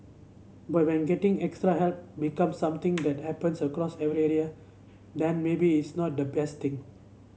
but when getting extra help becomes something that happens across every area then maybe it's not the best thing